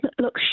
look